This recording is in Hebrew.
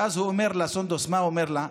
ואז הוא אומר לה, סונדוס, מה הוא אומר לה?